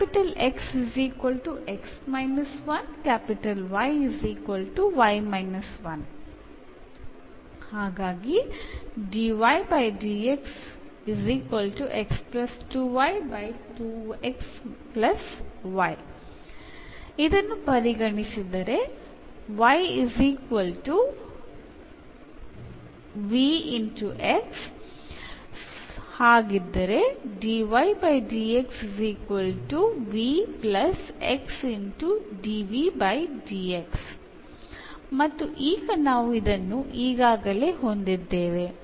രണ്ടു സമവാക്യങ്ങളും പരിഹരിക്കുന്നതിലൂടെ ഇങ്ങനെ ലഭിക്കുന്നു